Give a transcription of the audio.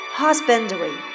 husbandry